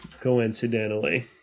Coincidentally